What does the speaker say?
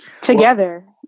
together